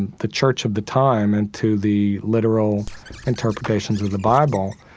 and the church of the time, and to the literal interpretations of the bible.